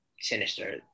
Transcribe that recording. sinister